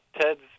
Ted's